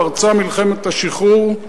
פרצה מלחמת השחרור,